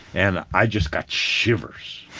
and i just got shivers,